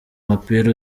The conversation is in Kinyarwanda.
umupira